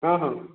ହଁ ହଁ